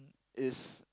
it's